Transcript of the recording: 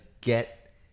get